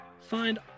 Find